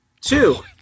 Two